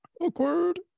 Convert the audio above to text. awkward